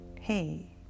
Hey